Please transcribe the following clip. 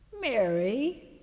Mary